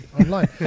online